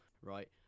right